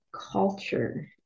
culture